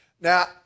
Now